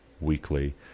Weekly